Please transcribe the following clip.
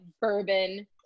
bourbon